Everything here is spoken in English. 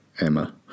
emma